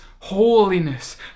holiness